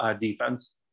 defense